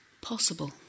possible